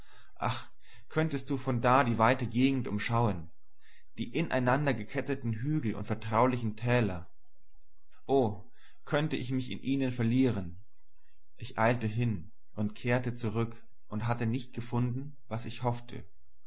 ach könntest du von da die weite gegend überschauen die in einander geketteten hügel und vertraulichen täler o könnte ich mich in ihnen verlieren ich eilte hin und kehrte zurück und hatte nicht gefunden was ich hoffte